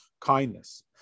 kindness